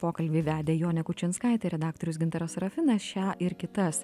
pokalbį vedė jonė kučinskaitė redaktorius gintaras sarafinas šią ir kitas